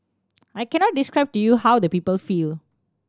I cannot describe to you how the people feel